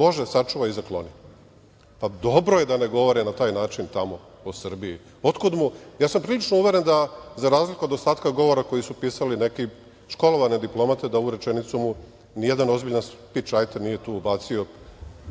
Bože sačuvaj i sakloni. Pa, dobro je da ne govore na taj način tamo o Srbiji. Ja sam prilično uveren da, za razliku od ostatka govora koji su pisale neke školovane diplomate, da mu ovu rečenicu nijedan ozbiljan speech writer nije tu ubacio,